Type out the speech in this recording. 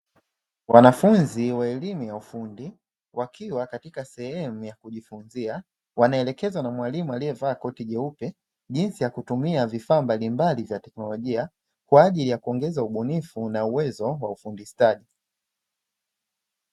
Wanafunzi wa elimu ya ufundi wakiwa katika sehemu ya kujifunzia wanaelekezwa na mwalimu aliyevaa koti jeupe jinsi ya kutumia vifaa mbalimbali vya teknolojia kwa ajili ya kuongeza ubunifu na uwezo wa ufundi stadi.